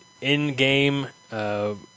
in-game